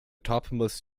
topmost